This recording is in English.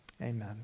amen